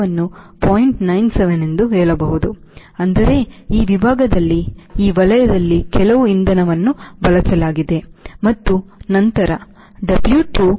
97 ಎಂದು ಹೇಳಬಹುದು ಅಂದರೆ ಈ ವಿಭಾಗದಲ್ಲಿ ಈ ವಲಯದಲ್ಲಿ ಕೆಲವು ಇಂಧನವನ್ನು ಬಳಸಲಾಗಿದೆ ಮತ್ತು ನಂತರ W2W1 ಅನ್ನು ಏರಿದೆ